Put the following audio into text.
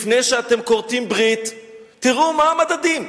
לפני שאתם כורתים ברית תראו מה המדדים,